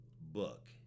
book